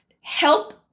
help